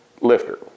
lifter